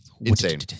Insane